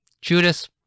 Judas